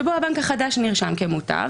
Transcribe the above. שבו הבנק החדש נרשם כמוטב,